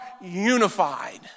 unified